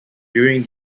during